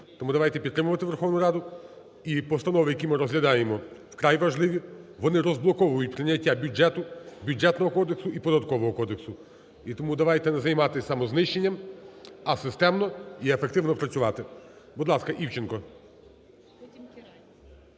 Тому давайте підтримувати Верховну Раду і постанови, які ми розглядаємо вкрай важливі, вони розблоковують прийняття бюджету, Бюджетного кодексу і Податкового кодексу. І тому давайте не займатись самознищенням, а системно і ефективно працювати. Будь ласка, Івченко.